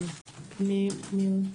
מי עוד?